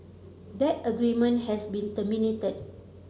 that agreement has been terminated